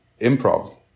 improv